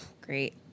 great